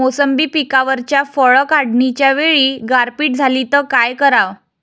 मोसंबी पिकावरच्या फळं काढनीच्या वेळी गारपीट झाली त काय कराव?